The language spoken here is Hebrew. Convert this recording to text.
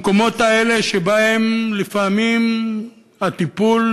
המקומות האלה שבהם לפעמים הטיפול,